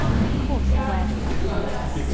and of course it wears them up faster.